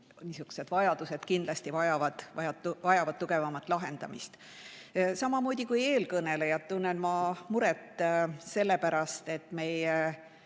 Niisugused vajadused kindlasti vajavad enamat täitmist. Samamoodi kui eelkõnelejad, tunnen ma muret selle pärast, et meie